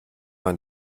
man